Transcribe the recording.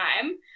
time